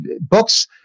books